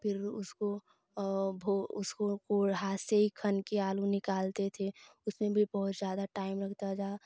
फिर उसको अ भो उसको अ हाथ से खन के आलू निकलते थे उसमें भी बहुत ज़्यादा टाइम लगता था